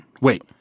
Wait